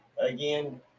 Again